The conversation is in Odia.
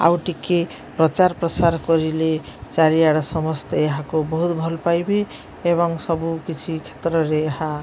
ଆଉ ଟିକେ ପ୍ରଚାର ପ୍ରସାର କରିଲେ ଚାରିଆଡ଼େ ସମସ୍ତେ ଏହାକୁ ବହୁତ ଭଲ ପାଇବେ ଏବଂ ସବୁକିଛି କ୍ଷେତ୍ରରେ ଏହା